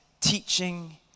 teaching